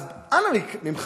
אז אנא ממך,